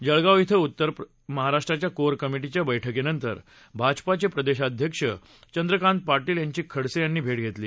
जळगाव इथं उत्तर महाराष्ट्राच्या कोर कमिटीच्या बैठकीनंतर भाजपाचे प्रदेशाध्यक्ष चंद्रकांत पाटील यांची खडसे यांनी भेट घेतली